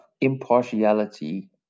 impartiality